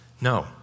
No